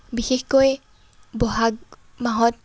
বিশেষকৈ ব'হাগ মাহত